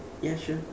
ya sure